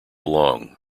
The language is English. long